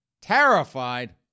Terrified